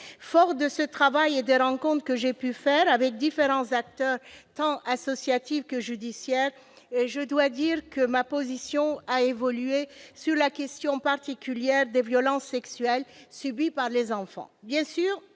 Forte de ce travail et des rencontres que j'ai pu faire avec différents acteurs, tant associatifs que judiciaires, je dois dire que ma position a évolué sur la question particulière des violences sexuelles subies par les enfants. Bien sûr,